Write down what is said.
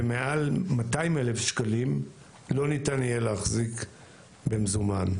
ומעל 200,000 שקלים לא ניתן יהיה להחזיק במזומן.